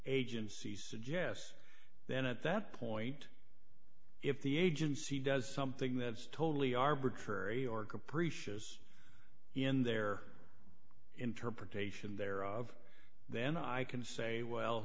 agency suggests then at that point if the agency does something that's totally arbitrary or capricious in their interpretation there of then i can say well